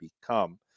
become